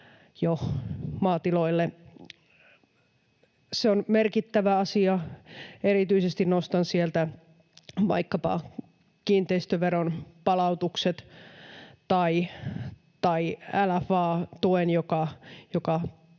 jo maatiloille, on merkittävä asia. Erityisesti nostan sieltä vaikkapa kiinteistöveron palautukset tai LFA-tuen, joka